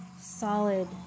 solid